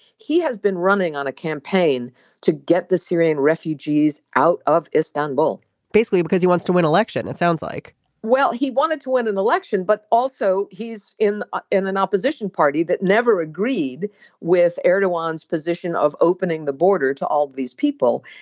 he has been running on a campaign to get the syrian refugees out of istanbul basically because he wants to win election. it sounds like well he wanted to win an election but also he's in ah in an opposition party that never agreed with erdogan's position of opening the border to all of these people.